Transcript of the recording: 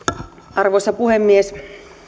arvoisa puhemies